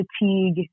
fatigue